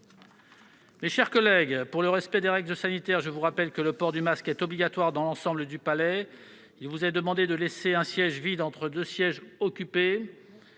Mes chers collègues, pour le respect des règles sanitaires, je vous rappelle que le port du masque est obligatoire dans l'ensemble du palais. Il vous est demandé de laisser un siège vide entre deux sièges occupés.